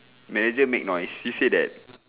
manager make noise he said that